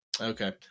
Okay